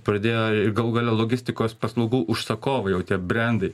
pradėjo galų gale logistikos paslaugų užsakovai jau tie brendai